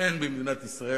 אין במדינת ישראל,